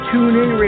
TuneIn